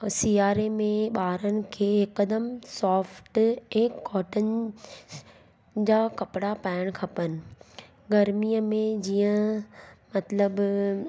ऐं सियारे में ॿारनि खे हिकदमि सॉफ्ट ऐं कॉटन जा कपिड़ा पाइणु खपनि गरमीअ में जीअं मतिलबु